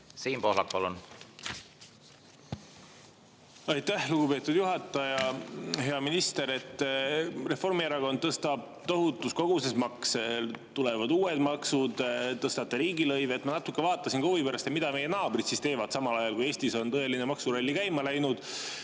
seda tausta? Aitäh, lugupeetud juhataja! Hea minister! Reformierakond tõstab tohutus koguses makse, tulevad uued maksud, tõstetakse riigilõive. Ma natuke vaatasin ka huvi pärast, mida meie naabrid siis teevad samal ajal, kui Eestis on tõeline maksuralli käima läinud.